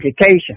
Education